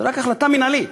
זו רק החלטה מינהלית.